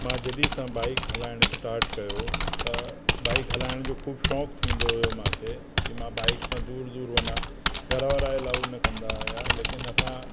मां जॾहिं सां बाइक हलाइण इस्टाट कयो त बाइक हलाइण जो ख़ूबु शौक़ थींदो हुओ मांखे कि मां बाइक सां दूर दूर वञा घर वारा अलाऊ न कंदा हुआ लेकिनि असां